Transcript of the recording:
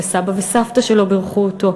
וסבא וסבתא שלו בירכו אותו,